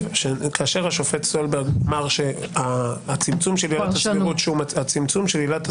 השופט סולברג אמר שהצמצום של עילת הסבירות שהוא מציע,